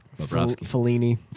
Fellini